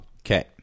Okay